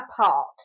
apart